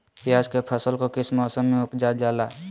प्याज के फसल को किस मौसम में उपजल जाला?